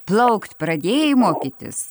plaukt pradėjai mokytis